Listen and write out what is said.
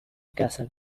castle